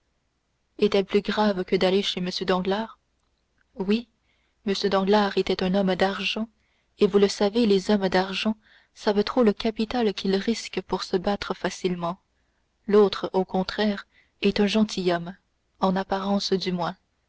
est-elle plus grave que d'aller chez m danglars oui m danglars était un homme d'argent et vous le savez les hommes d'argent savent trop le capital qu'ils risquent pour se battre facilement l'autre au contraire est un gentilhomme en apparence du moins